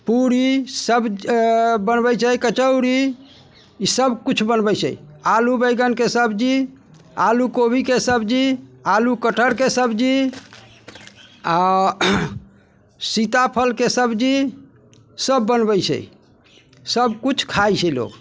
पूड़ीसब अऽ बनबै छै कचौड़ी ई सबकिछु बनबै छै आलू बैगनके सब्जी आलू कोबीके सब्जी आलू कटहरके सब्जी आओर सीताफलके सब्जीसब बनबै छै सबकिछु खाइ छै लोक